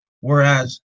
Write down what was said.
whereas